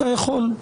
אתה יכול.